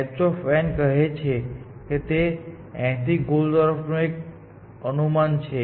h કહે છે કે તે n થી ગોલ તરફનું એક અનુમાન છે